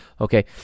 Okay